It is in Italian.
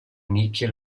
nicchie